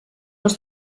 els